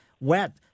Wet